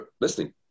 listening